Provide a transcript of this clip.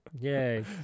Yay